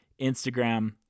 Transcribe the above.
Instagram